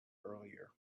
earlier